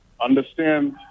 understand